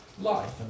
life